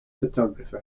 photography